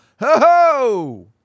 Ho-ho